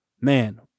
man